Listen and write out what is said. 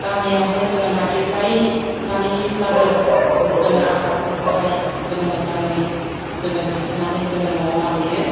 गामियावहाय जोङो नागिरबायनानैहायब्लाबो जोङो आबादफोरखौहाय जोङो मोजाङै जोङो दिखोनानै जोङो न'आव लाबोयो